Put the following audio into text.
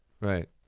Right